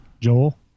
Joel